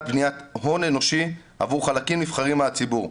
בניית הון אנושי עבור חלקים נבחרים מהציבור.